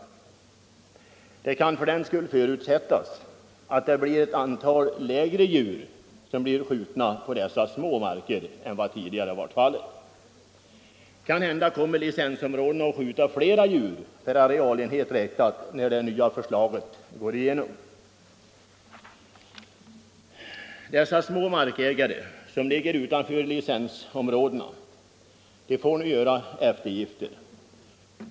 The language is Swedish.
Det kan för den skull förutsättas att ett mindre antal djur blir skjutna på dessa små marker än vad som tidigare varit fallet. Kanhända kommer det att på licensområdena skjutas flera djur per arealenhet räknat när detta förslag har genomförts. De små markägare som ligger utanför licensområdena får nu göra eftergifter.